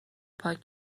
پاک